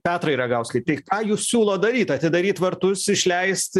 petrai ragauskai tai ką jūs siūlot daryt atidaryt vartus išleist